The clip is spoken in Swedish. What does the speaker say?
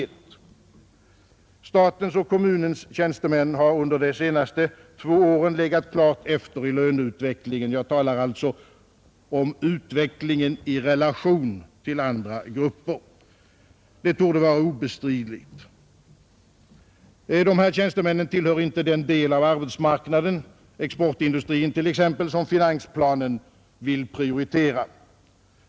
Det torde vara obestridligt att statens och kommunernas tjänstemän under de senaste två åren klart har legat efter i löneutvecklingen — jag talar alltså om utvecklingen i relation till andra grupper. Dessa tjänstemän tillhör inte den del av arbetsmarknaden, t.ex. exportindustrin, som finansplanen vill prioritera.